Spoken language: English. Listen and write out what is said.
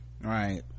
Right